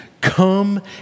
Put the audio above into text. Come